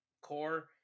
core